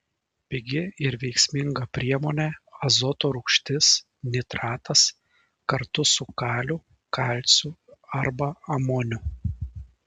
pigi ir veiksminga priemonė azoto rūgštis nitratas kartu su kaliu kalciu arba amoniu